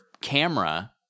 camera